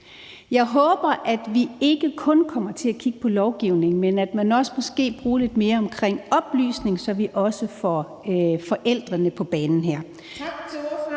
Jeg håber, at vi ikke kun kommer til at kigge på lovgivningen, men måske også kommer til at gøre noget omkring oplysning, så vi også får forældrene på banen her.